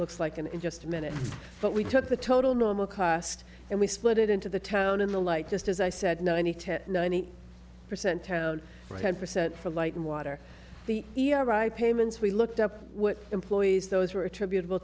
looks like and in just a minute but we took the total normal cost and we split it into the town in the light just as i said ninety to ninety percent town right percent for lighting water the e r i payments we looked up what employees those were attributable